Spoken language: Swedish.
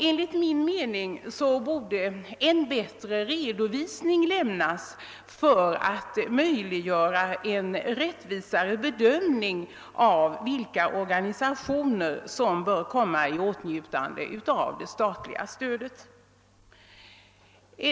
Enligt min mening borde en bättre redovisning lämnas för att möjliggöra en rättvisare bedömning av vilka organisationer, som bör komma i åtnjutande av det statliga stödet.